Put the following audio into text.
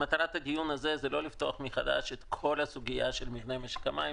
מטרת הדיון הזה היא לא לפתוח מחדש את כל הסוגיה של מבנה משק המים.